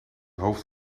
hoofd